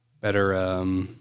better